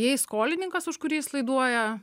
jei skolininkas už kurį jis laiduoja